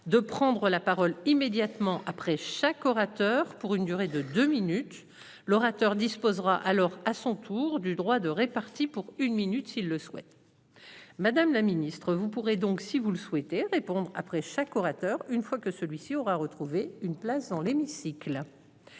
De prendre la parole immédiatement après chaque orateur pour une durée de deux minutes. L'orateur disposera alors à son tour du droit de répartis pour une minute s'il le souhaite. Madame la Ministre, vous pourrez donc si vous le souhaitez répondre après chaque orateur, une fois que celui-ci aura retrouvé une place dans l'hémicycle.